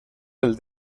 del